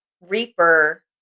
Reaper